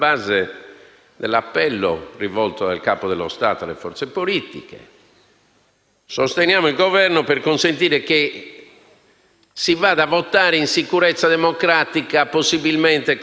si vada a votare in sicurezza democratica, possibilmente con un insieme di regole che rispettino i principi costituzionali di rappresentanza e governabilità.